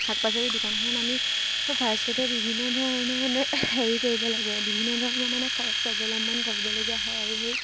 শাক পাচলি দোকানখনত আমি ফাৰ্ষ্টতে বিভিন্ন ধৰণে মানে হেৰি কৰিব লাগে বিভিন্ন ধৰণৰ মানে খৰচ অৱলম্বন কৰিবলগীয়া হয় আৰু সেই